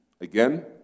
Again